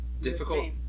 difficult